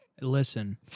Listen